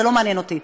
זה לא מעניין אותי.